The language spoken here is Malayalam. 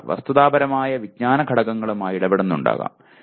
ഒരാൾ വസ്തുതാപരമായ വിജ്ഞാന ഘടകങ്ങളുമായി ഇടപെടുന്നുണ്ടാകാം